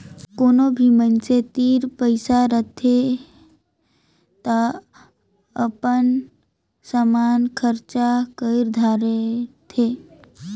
कोनो भी मइनसे तीर पइसा हर रहथे ता अनाप सनाप खरचा कइर धारथें